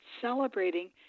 celebrating